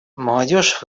молодежь